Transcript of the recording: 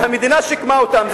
והמדינה שיקמה אותם.